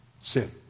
Sin